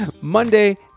Monday